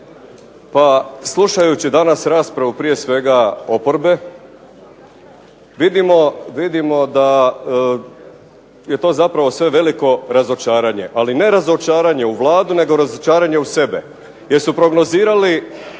Pa slušajući danas raspravu prije svega oporbe vidimo da je to zapravo sve veliko razočaranje, ali ne razočaranje u Vladu nego razočaranje u sebe jer su prognozirali